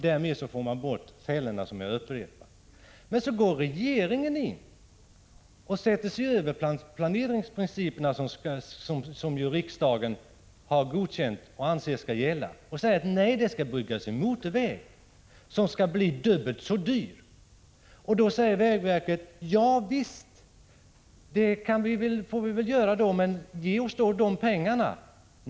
Därmed får man — jag upprepar det — bort dödsfällorna. Men så ingriper regeringen och sätter sig över de planeringsprinciper som ju riksdagen har godkänt och ansett skall gälla. Regeringen säger att det skall byggas en motorväg, som blir dubbelt så dyr. Vägverket svarar då: Ja, det får vi väl göra, men ge oss då de pengarna!